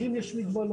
האם יש מגבלות.